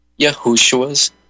Yahushua's